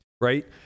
Right